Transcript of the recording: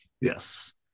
Yes